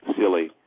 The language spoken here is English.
Silly